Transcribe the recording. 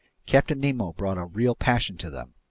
captain nemo brought a real passion to them.